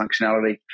functionality